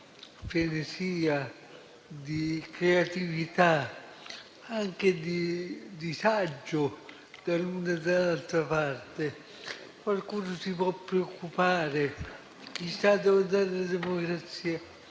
di frenesia, di creatività e anche di disagio, dall'una e dall'altra parte. Qualcuno si può preoccupare e domandarsi chissà dove andrà la democrazia.